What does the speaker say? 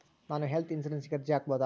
ನಾನು ಹೆಲ್ತ್ ಇನ್ಶೂರೆನ್ಸಿಗೆ ಅರ್ಜಿ ಹಾಕಬಹುದಾ?